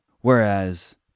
Whereas